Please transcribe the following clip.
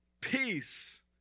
Peace